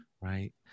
right